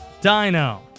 Dino